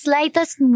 Slightest